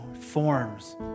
forms